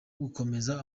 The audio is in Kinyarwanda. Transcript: gukomeza